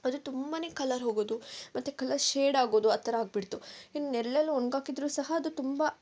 ಅದು ತುಂಬನೇ ಕಲರ್ ಹೋಗೋದು ಮತ್ತು ಕಲರ್ ಶೇಡ್ ಆಗೋದು ಆ ಥರ ಆಗಿಬಿಡ್ತು ಇನ್ನು ಎಲ್ಲೆಲ್ಲಿ ಒಣಗಾಕಿದ್ರು ಸಹ ಅದು ತುಂಬ